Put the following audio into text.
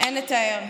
אין לתאר.